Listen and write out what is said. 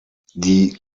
die